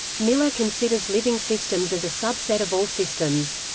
miller considers living systems as a subset of all systems.